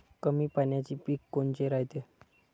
कमी पाण्याचे पीक कोनचे रायते?